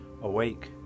awake